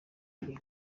mujyi